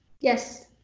Yes